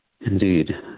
Indeed